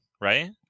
right